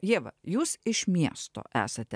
ieva jūs iš miesto esate